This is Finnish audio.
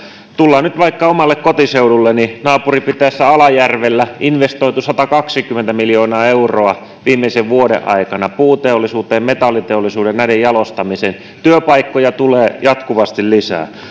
tullaan nyt vaikka omalle kotiseudulleni naapuripitäjässä alajärvellä investoitu satakaksikymmentä miljoonaa euroa viimeisen vuoden aikana puuteollisuuteen metalliteollisuuteen näiden jalostamiseen työpaikkoja tulee jatkuvasti lisää